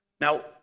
Now